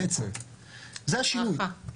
זה השינוי.